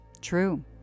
True